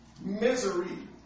misery